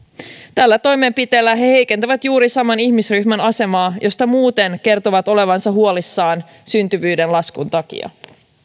tällä toimenpiteellä he heikentävät juuri saman ihmisryhmän asemaa josta muuten kertovat olevansa huolissaan syntyvyyden laskun takia